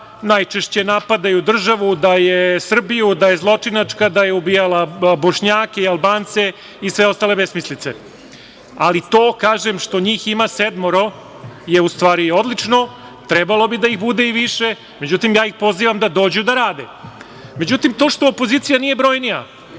najčešće napadaju državu Srbiju da je zločinačka, da je ubijala Bošnjake i Albance i sve ostale besmislice. Ali, to kažem što njih ima sedmoro je u stvari odlično, trebalo bi da ih bude i više, međutim ja ih pozivam da dođu da rade.Međutim, to što opozicija nije brojnija